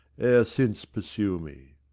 since pursue me.